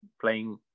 playing